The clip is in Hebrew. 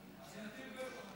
אז זה יטיל וטו.